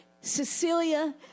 Cecilia